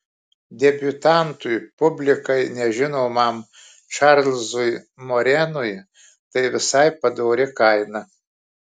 debiutantui publikai nežinomam čarlzui morenui tai visai padori kaina